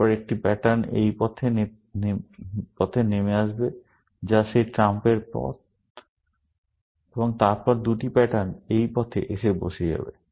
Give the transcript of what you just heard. তারপর একটি প্যাটার্ন এই পথে নেমে আসবে যা সেই ট্রাম্পের পথ এবং তারপরে দুটি প্যাটার্ন এই পথে এসে যাবে